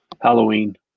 Halloween